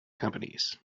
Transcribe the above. companies